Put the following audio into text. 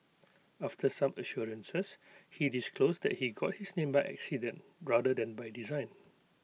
after some assurances he disclosed that he got his name by accident rather than by design